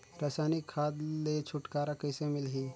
रसायनिक खाद ले छुटकारा कइसे मिलही?